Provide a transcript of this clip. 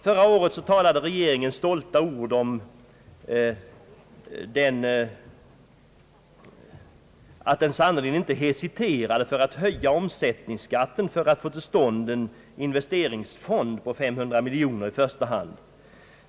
Förra året talade regeringen stolta ord om att den sannerligen inte hesiterade för att höja omsättningsskatten för att få till stånd en investeringsfond på 500 miljoner kronor i första hand.